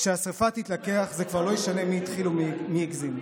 כשהשרפה תתלקח זה כבר לא ישנה מי התחיל ומי הגזים.